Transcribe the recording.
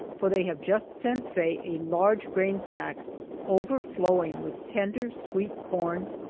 for they have just sent faye a large grain sack overflowing with tender, sweet corn,